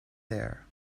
there